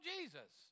Jesus